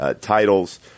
titles